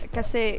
Kasi